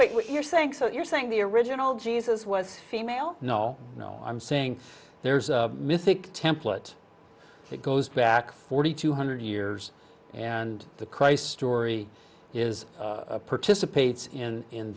wait what you're saying so you're saying the original jesus was female no i'm saying there's a mythic template that goes back forty two hundred years and the christ story is participates in